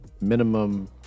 minimum